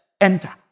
enter